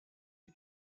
vie